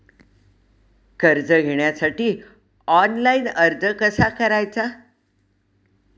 कर्ज घेण्यासाठी ऑनलाइन अर्ज कसा करायचा?